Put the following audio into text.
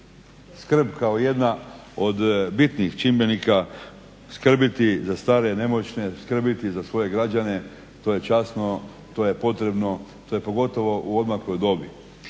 skrb kao jedna od bitnih čimbenika, skrbiti za stare i nemoćne, skrbiti za svoje građane to je časno, to je potrebno, to je pogotovo u odmakloj dobi.